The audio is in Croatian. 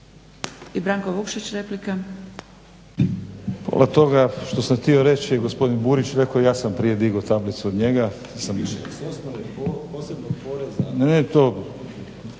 I Branko Vukšić replika.